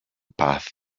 path